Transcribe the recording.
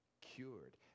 cured